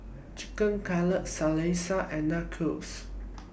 Chicken Cutlet Salsa and Nachos